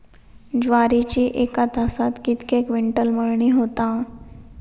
ज्वारीची एका तासात कितके क्विंटल मळणी होता?